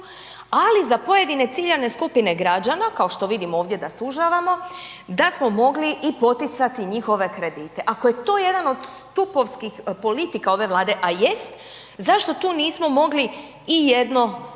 ali za pojedine ciljane skupine građana, kao što vidimo ovdje da sužavamo, da smo mogli poticati i njihove kredite. Ako je to jedan od stupovskih politika ove Vlade a jest, zašto tu nismo mogli i jedno